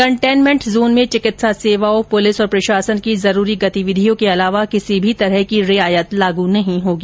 containment zone में चिकित्सा सेवाओं पुलिस और प्रशासन की जरूरी गतिविधियों के अलावा किसी भी तरह की रियायत लागू नहीं होगी